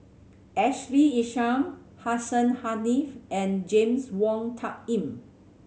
Ashley Isham Hussein Haniff and James Wong Tuck Yim